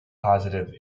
positive